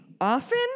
often